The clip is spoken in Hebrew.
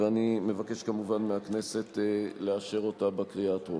אני מבקש, כמובן, מהכנסת לאשר אותה בקריאה טרומית.